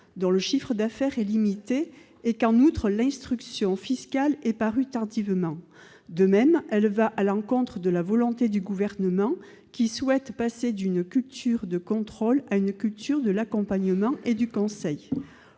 dont le chiffre d'affaires est limité. En outre, l'instruction fiscale est parue tardivement. De même, cette sanction va à l'encontre de la volonté du Gouvernement, qui souhaite passer d'une culture de contrôle à une culture de l'accompagnement et du conseil.